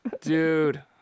Dude